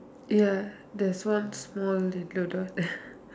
ya there's one small little down there